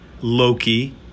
Loki